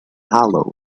hollow